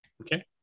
Okay